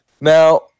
Now